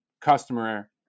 customer